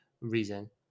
reason